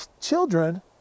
children